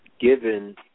given